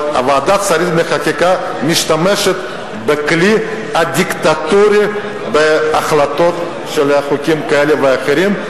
אבל הוועדה משתמשת בכלי הדיקטטורי בהחלטות על חוקים כאלה ואחרים,